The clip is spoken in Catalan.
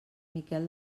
miquel